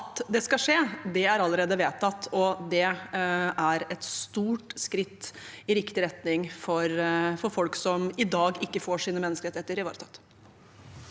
at det skal skje, er allerede vedtatt, og det er et stort skritt i riktig retning for folk som i dag ikke får sine menneskerettigheter ivaretatt.